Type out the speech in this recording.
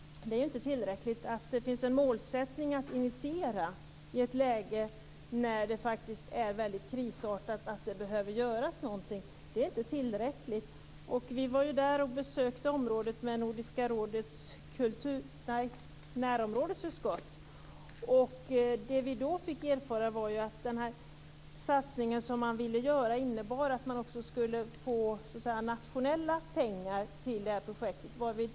Det är inte tillräckligt att det finns en målsättning att initiera när läget faktiskt är väldigt krisartat och det behöver göras någonting. Vi var ju där och besökte området med Nordiska rådets närområdesutskott. Det vi då fick erfara var att den satsning som man ville göra innebar att man också skulle få nationella pengar till detta projekt.